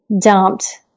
dumped